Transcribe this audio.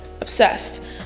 obsessed